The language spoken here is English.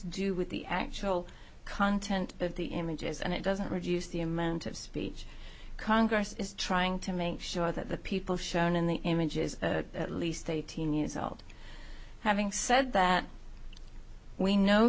do with the actual content of the images and it doesn't reduce the amount of speech congress is trying to make sure that the people shown in the image is at least eighteen years old having said that we know